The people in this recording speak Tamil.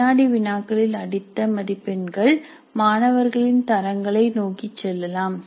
வினாடி வினாக்களில் அடித்த மதிப்பெண்கள் மாணவர்களின் தரங்களை நோக்கி செல்லலாம்